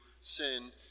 sin